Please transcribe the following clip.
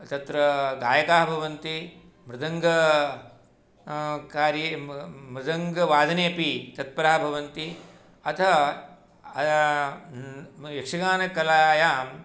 तत्र गायकाः भवन्ति मृदङ्गं कार्ये मृदङ्गवादनोपि तत्पराः भवन्ति अथः यक्षगानकलायां